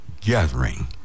gathering